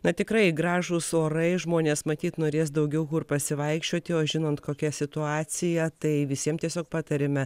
na tikrai gražūs orai žmonės matyt norės daugiau pasivaikščioti o žinant kokia situacija tai visiems tiesiog patariame